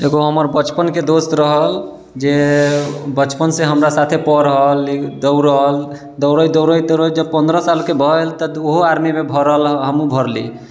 एगो हमर बचपनके दोस्त रहल जे बचपनसँ हमरा साथे पढ़ल दौड़ल दौड़ैत दौड़ैत दौड़ैत जब पन्द्रह सालके भेल तऽ उहो आर्मीमे भरल हमहूँ भरली